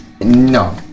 No